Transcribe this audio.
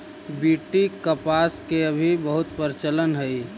BT कपास के अभी बहुत प्रचलन हई